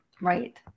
Right